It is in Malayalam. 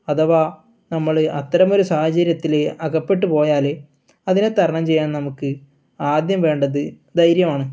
അഥവാ നമ്മൾ അത്തരം ഒരു സാഹചര്യത്തിൽ അകപ്പെട്ടുപോയാൽ അതിനെ തരണം ചെയ്യാൻ നമുക്ക് ആദ്യം വേണ്ടത് ധൈര്യമാണ്